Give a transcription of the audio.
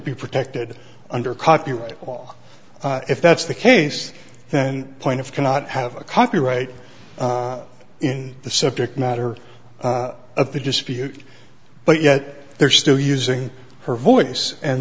be protected under copyright law if that's the case then point of cannot have a copyright in the subject matter of the dispute but yet they're still using her voice and